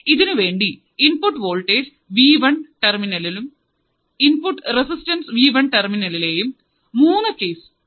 പിന്നെ input resistance V one ടെർമിനലും input resistance V two ടെർമിനലും പല കേസുകൾക്കും കണ്ടുപിടിക്കാം